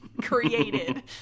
created